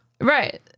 Right